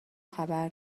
خبر